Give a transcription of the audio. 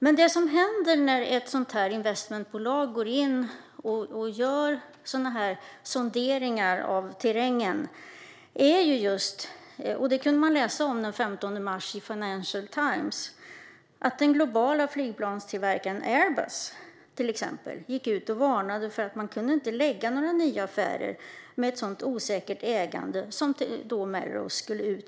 Vad som händer när ett investmentbolag gör sonderingar av terrängen kunde man läsa om i Financial Times den 15 mars. Den globala flygplanstillverkaren Airbus gick då ut och varnade för att man inte kunde göra några nya affärer med ett så osäkert ägande som Melrose.